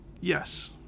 Yes